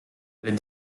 les